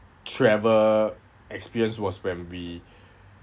travel experience was when we